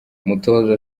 umutoza